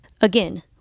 Again